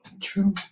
true